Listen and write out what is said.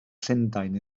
llundain